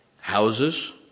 houses